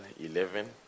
eleven